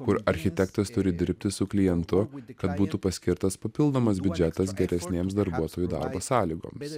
kur architektas turi dirbti su klientu kad būtų paskirtas papildomas biudžetas geresnėms darbuotojų darbo sąlygoms